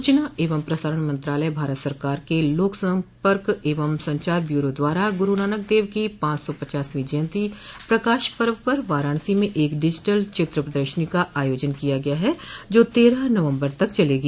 सूचना एवं प्रसारण मंत्रालय भारत सरकार के लोक सम्पर्क एवं संचार ब्यूरो द्वारा गुरू नानक देव की पांच सौ पचासवीं जयन्ती प्रकाश पर्व पर वाराणसी में एक डिजिटल चित्र प्रदर्शनी का आयोजन किया गया है जो तेरह नवम्बर तक चलेगी